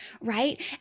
right